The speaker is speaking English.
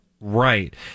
right